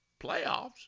Playoffs